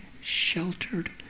sheltered